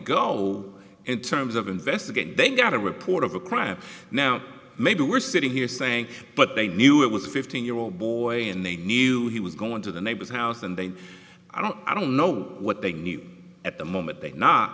go in terms of investigating they got a report of a crime now maybe we're sitting here saying but they knew it was a fifteen year old boy and they knew he was going to the neighbor's house and then i don't i don't know what they knew at the moment they